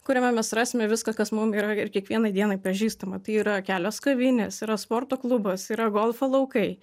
kuriame mes rasime viską kas mum yra ir kiekvienai dienai pažįstama tai yra kelios kavinės yra sporto klubas yra golfo laukai